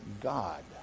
God